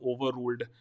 overruled